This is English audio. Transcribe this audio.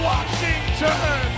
Washington